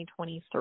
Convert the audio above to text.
2023